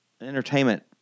entertainment